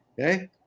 okay